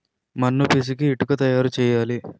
మన్ను పిసికి ఇటుక తయారు చేయాలి